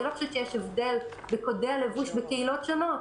אני לא חושבת שיש הבדל בקודי הלבוש בקהילות שונות,